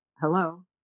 hello